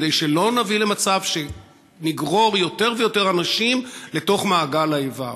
כדי שלא נביא למצב שנגרור יותר ויותר אנשים לתוך מעגל האיבה.